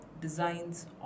designs